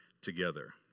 together